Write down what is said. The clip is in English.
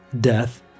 death